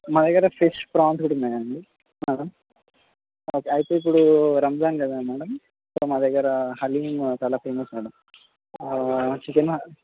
మా దగ్గర fish prawns కూడా ఉన్నాయండి మేడం ఓకే అయితే ఇప్పుడు రంజాన్ కదా మేడం సో మా దగ్గర హలీమ్ చాలా ఫేమస్ మేడం చికెన్